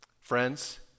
Friends